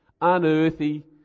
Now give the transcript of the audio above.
unearthly